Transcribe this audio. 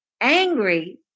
Angry